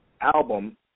album